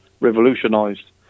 revolutionised